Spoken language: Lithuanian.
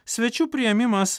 svečių priėmimas